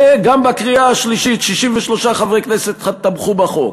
וגם בקריאה השלישית 63 חברי כנסת תמכו בחוק.